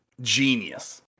genius